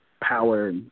power